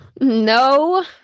No